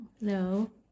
No